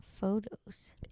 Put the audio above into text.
photos